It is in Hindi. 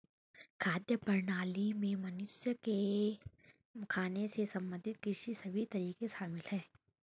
खाद्य प्रणाली में मनुष्य के खाने से संबंधित कृषि के सभी तरीके शामिल है